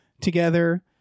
together